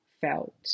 felt